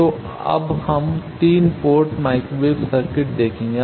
तो अब हम 3 पोर्ट माइक्रोवेव सर्किट देखेंगे